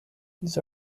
these